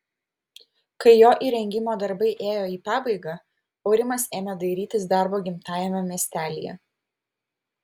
kai jo įrengimo darbai ėjo į pabaigą aurimas ėmė dairytis darbo gimtajame miestelyje